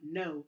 no